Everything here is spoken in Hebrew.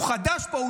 הוא חדש פה,